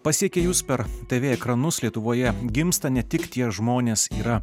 pasiekė jus per tv ekranus lietuvoje gimsta ne tik tie žmonės yra